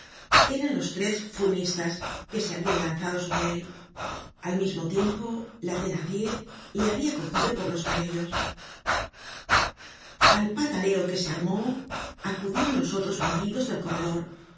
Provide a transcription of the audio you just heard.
eran los tres fumistas que se habian lanzado sobre él al mismo tiempo la thenardier le habia cogido por los cabellos al pataleo que se armó acudieron los otros bandidos del corredor